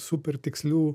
super tikslių